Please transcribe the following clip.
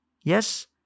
yes